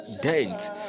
dent